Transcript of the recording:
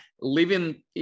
living